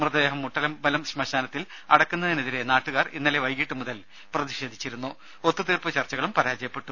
മൃതദേഹം മുട്ടമ്പലം ശ്മശാനത്തിൽ അടക്കുന്നതിനെതിരേ നാട്ടുകാർ ഇന്നലെ വൈകീട്ടു മുതൽ പ്രതിഷേധിച്ചിരുന്നു ഒത്തുതീർപ്പു ചർച്ചകളും പരാജയപ്പെട്ടു